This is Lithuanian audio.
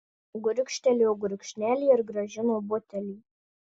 gurkštelėjo gurkšnelį ir grąžino butelį